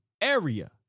area